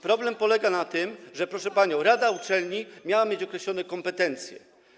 Problem polega na tym, proszę pani, że rada uczelni miała mieć określone kompetencje.